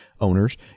owners